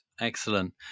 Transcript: Excellent